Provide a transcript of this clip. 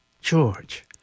George